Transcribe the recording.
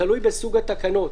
תלוי בסוג התקנות,